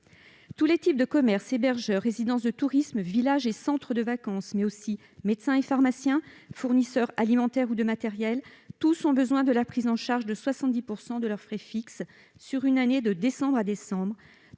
Tous les types de commerces - hébergeurs, résidences de tourisme, villages et centres de vacances, mais aussi médecins et pharmaciens, fournisseurs alimentaires ou de matériel - ont besoin d'une prise en charge de 70 % de leurs frais fixes sur une année, de décembre à décembre,